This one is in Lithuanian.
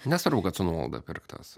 nesvarbu kad su nuolaida pirktas